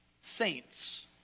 saints